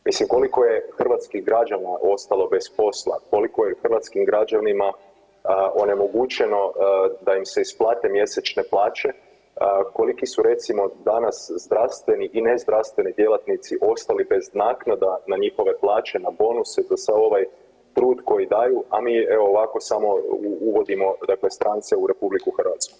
Mislim koliko je hrvatskih građana ostalo bez posla, koliko je hrvatskim građanima onemogućeno da im se isplate mjesečne plaće, koliki su recimo danas zdravstveni i nezdravstveni djelatnici ostali bez naknada na njihove plaće, na bonuse za sav ovaj trud koji daju, a mi evo ovako samo uvodimo dakle strance u RH.